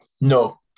No